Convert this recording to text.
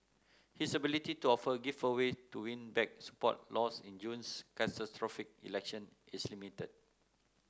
his ability to offer giveaway to win back support lost in June's catastrophic election is limited